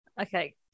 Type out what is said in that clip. Okay